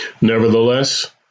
Nevertheless